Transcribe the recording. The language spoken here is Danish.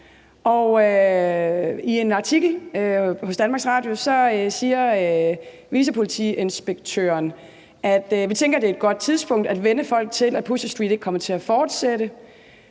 i en artikel på DR's hjemmeside siger en vicepolitiinspektør: »Vi tænker, det er et godt tidspunkt at vænne folk til, at Pusherstreet ikke kommer til at fortsætte